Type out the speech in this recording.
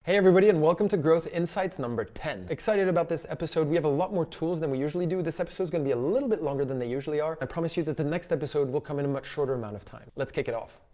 hey everybody and welcome to growth insights number ten. excited about this episode we have a lot more tools than we usually do this episodes gonna be a little bit longer than they usually are, i promise you that the next episode will come in a much shorter amount of time, let's kick it off.